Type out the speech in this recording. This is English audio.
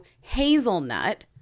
hazelnut